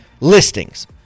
listings